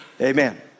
amen